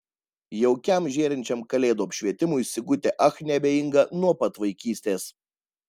jaukiam žėrinčiam kalėdų apšvietimui sigutė ach neabejinga nuo pat vaikystės